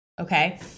Okay